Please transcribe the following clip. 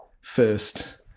first